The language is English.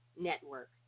network